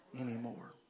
anymore